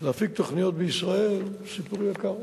להפיק תוכניות בישראל זה סיפור יקר,